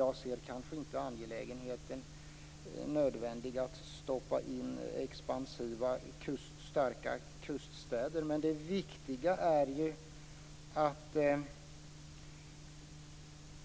Jag ser det kanske inte som nödvändigt att stoppa in expansiva, starka kuststäder. Men det viktiga är ju att